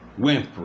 Winfrey